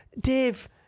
Dave